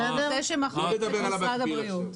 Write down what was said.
הוא זה שמחליף את משרד הבריאות.